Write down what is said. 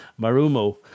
Marumo